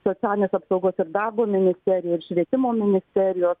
socialinės apsaugos ir darbo ministerija ir švietimo ministerijos